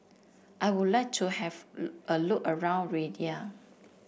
I would like to have a look around Riyadh